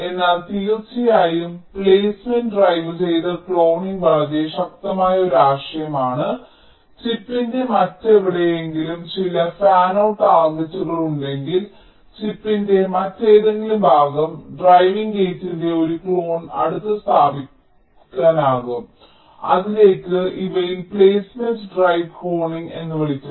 എന്നാൽ തീർച്ചയായും പ്ലെയ്സ്മെന്റ് ഡ്രൈവുചെയ്ത ക്ലോണിംഗ് വളരെ ശക്തമായ ഒരു ആശയമാണ് ചിപ്പിന്റെ മറ്റെവിടെയെങ്കിലും ചില ഫാനൌട്ട് ടാർഗെറ്റുകൾ ഉണ്ടെങ്കിൽ ചിപ്പിന്റെ മറ്റേതെങ്കിലും ഭാഗം ഡ്രൈവിംഗ് ഗേറ്റിന്റെ ഒരു ക്ലോൺ അടുത്ത് സ്ഥാപിക്കാനാകും അതിലേക്ക് ഇവയിൽ പ്ലെയ്സ്മെന്റ് ഡ്രൈവ് ക്ലോണിംഗ് എന്ന് വിളിക്കുന്നു